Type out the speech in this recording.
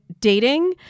dating